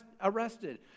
arrested